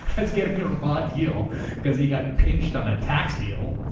as getting the raw deal cause he got pinched on a tax deal,